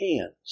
hands